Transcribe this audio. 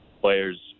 players